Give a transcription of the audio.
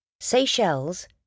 Seychelles